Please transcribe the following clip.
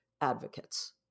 advocates